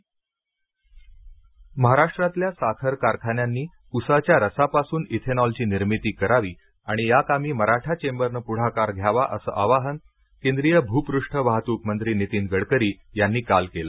गडकरी महाराष्ट्रातल्या साखर कारखान्यांनी उसाच्या रसापासून इथेनॉलची निर्मिती करावी आणि याकामी मराठा चेम्बरनं पुढाकार घ्यावा असं आवाहन केंद्रीय भूपृष्ठ वाहतूक मंत्री नितीन गडकरी यांनी काल केलं